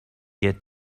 get